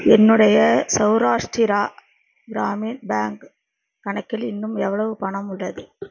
என்னுடைய சவுராஷ்டிரா கிராமின் பேங்க் கணக்கில் இன்னும் எவ்வளவு பணம் உள்ளது